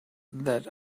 that